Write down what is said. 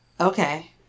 Okay